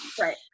Right